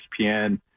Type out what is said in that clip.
ESPN